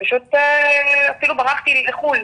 ופשוט אפילו ברחתי לחו"ל